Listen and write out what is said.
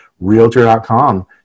realtor.com